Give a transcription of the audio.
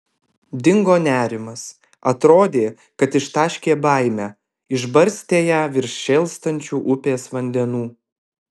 dingo nerimas atrodė kad ištaškė baimę išbarstė ją virš šėlstančių upės vandenų